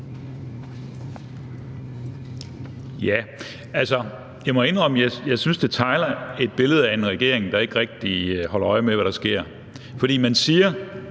jeg synes, det tegner et billede af en regering, der ikke rigtig holder øje med, hvad der sker.